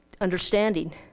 Understanding